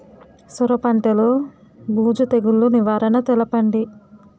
సొర పంటలో బూజు తెగులు నివారణ తెలపండి?